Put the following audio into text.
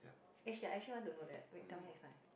actually I actually want to know that wait tell me next time